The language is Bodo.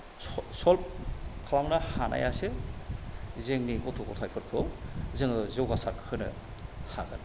सलभ खालामनो हानायासो जोंनि गथ' गथायफोरखौ जोङो जौगासारहोनो हागोन